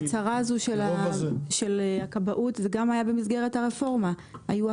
ההחלטה על ההצהרה של הכבאות אף היא נעשתה במסגרת הרפורמה וההקלות.